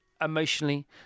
emotionally